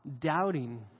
doubting